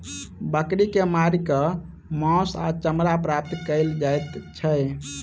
बकरी के मारि क मौस आ चमड़ा प्राप्त कयल जाइत छै